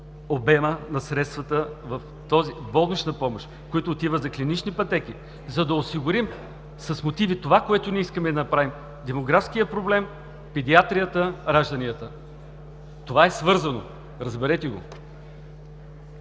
обема на средствата в болничната помощ, които отиват за клинични пътеки, за да осигурим с мотиви това, което искаме да направим – демографския проблем, педиатрията, ражданията. Това е свързано. Разберете го.